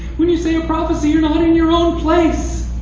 when you say a prophecy, you're not in your own place.